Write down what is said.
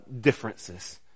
differences